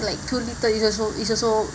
like too little is also it's also